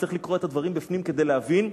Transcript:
וצריך לקרוא את הדברים בפנים כדי להבין,